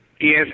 Yes